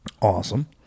Awesome